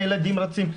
הילדים רצים.